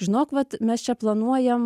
žinok vat mes čia planuojam